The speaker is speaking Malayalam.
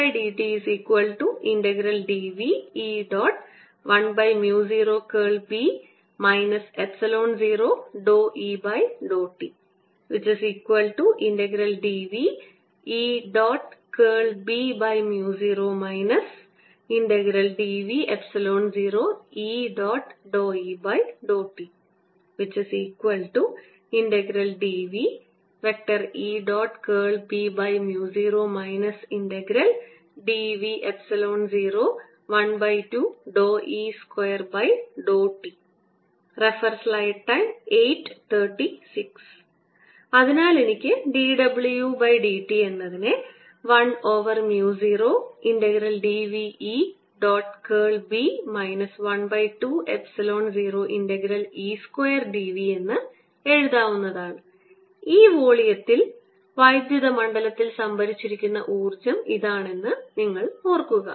B0 dV012E2∂t അതിനാൽ എനിക്ക് dw dt എന്നതിനെ 1 over mu 0 integral d v E dot curl B minus 1 by 2 epsilon 0 integral E square dv എന്ന് എഴുതാവുന്നതാണ് ഈ വോള്യത്തിൽ വൈദ്യുത മണ്ഡലത്തിൽ സംഭരിച്ചിരിക്കുന്ന ഊർജ്ജം ഇതാണ് എന്ന് ഓർക്കുക